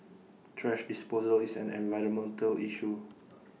thrash disposal is an environmental issue